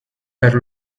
per